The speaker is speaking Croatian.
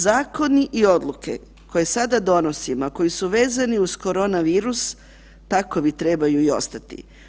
Zakoni i odluke koje sada donosimo, a koji su vezani uz koronavirus, takovi trebaju i ostati.